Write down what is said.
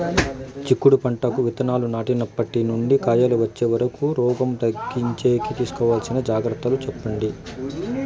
చిక్కుడు పంటకు విత్తనాలు నాటినప్పటి నుండి కాయలు వచ్చే వరకు రోగం తగ్గించేకి తీసుకోవాల్సిన జాగ్రత్తలు చెప్పండి?